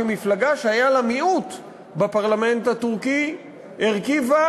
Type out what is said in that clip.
שמפלגה שהייתה מיעוט בפרלמנט הטורקי הרכיבה